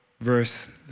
verse